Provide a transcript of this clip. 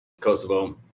Kosovo